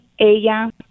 ella